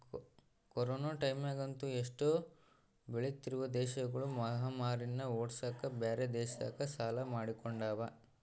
ಈ ಕೊರೊನ ಟೈಮ್ಯಗಂತೂ ಎಷ್ಟೊ ಬೆಳಿತ್ತಿರುವ ದೇಶಗುಳು ಮಹಾಮಾರಿನ್ನ ಓಡ್ಸಕ ಬ್ಯೆರೆ ದೇಶತಕ ಸಾಲ ಮಾಡಿಕೊಂಡವ